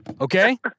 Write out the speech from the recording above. Okay